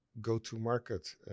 Go-to-market